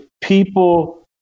people